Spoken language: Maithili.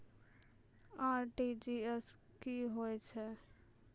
आर.टी.जी.एस की होय छै?